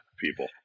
people